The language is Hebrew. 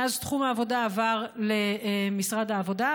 מאז תחום העבודה עבר למשרד העבודה,